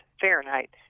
Fahrenheit